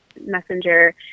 Messenger